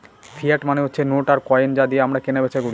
fiat মানে হচ্ছে note আর কয়েন যা দিয়ে আমরা কেনা বেচা করি